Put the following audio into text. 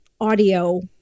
audio